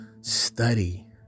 study